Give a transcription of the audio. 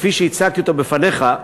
כפי שהצגתי אותו בפניך,